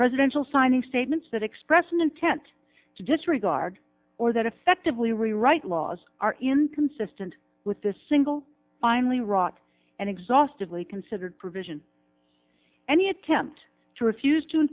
presidential signing statements that express an intent to disregard or that effectively rewrite laws are inconsistent with the single finely wrought and exhaustedly considered provision any attempt to refuse to